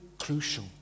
crucial